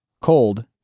Cold